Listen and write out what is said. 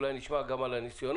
אולי נשמע גם על הניסיונות,